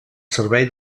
servei